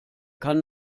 kann